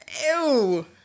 Ew